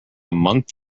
month